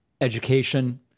education